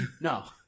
No